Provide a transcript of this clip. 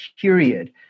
period